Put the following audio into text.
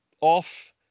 off